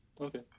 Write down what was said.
okay